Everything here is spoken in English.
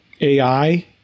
AI